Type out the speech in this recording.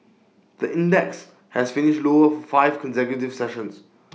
the index has finished lower for five consecutive sessions